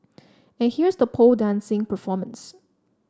and here's the pole dancing performance